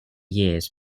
years